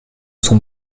sont